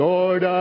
Lord